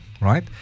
right